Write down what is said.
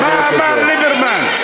מה אמר ליברמן?